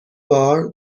بار